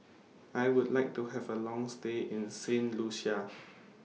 I Would like to Have A Long stay in Saint Lucia